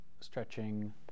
stretching